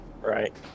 Right